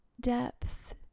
depth